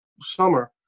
summer